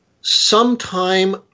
Sometime